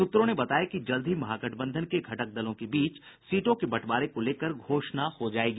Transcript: सूत्रों ने बताया कि जल्द ही महागठबंधन के घटक दलों के बीच सीटों के बंटवारे को लेकर घोषणा हो जायेगी